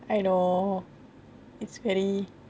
I know it's very